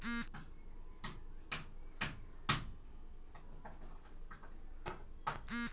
देस के चलावे खातिर कर ही एगो उपाय बाटे